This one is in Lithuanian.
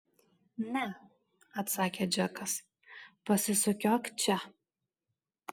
ne atsakė džekas pasisukiok čia